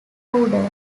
odour